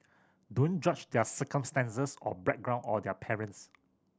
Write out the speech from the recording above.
don't judge their circumstances or background or their parents